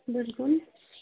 بِلکُل